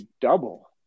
double